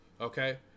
okay